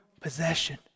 possession